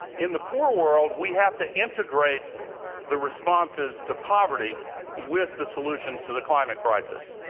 in the poor world, we have to integrate the responses to poverty with the solutions to the climate crisis.